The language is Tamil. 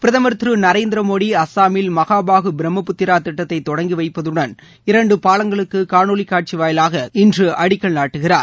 பிரதமர் திரு நரேந்திர மோடி அஸ்ஸாமில் மஹாபாகு பிரம்மபுத்திரா திட்டத்தை தொடங்கிவைத்து இரண்டு பாலங்களுக்கு காணொலி காட்சி வாயிலாாக இன்று அடிக்கல் நாட்டுகிறார்